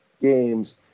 games